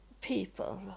people